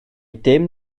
dim